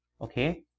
Okay